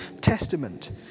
Testament